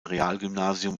realgymnasium